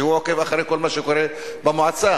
שעוקב אחרי כל מה שקורה במועצה.